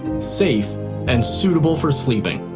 safe and suitable for sleeping.